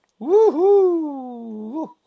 Woohoo